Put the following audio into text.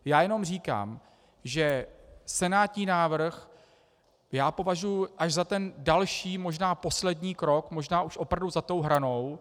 Já jenom říkám, že senátní návrh já považuji až za ten další, možná poslední krok, možná už opravdu za tou hranou.